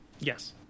Yes